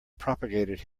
propagated